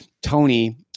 Tony